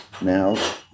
now